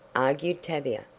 argued tavia,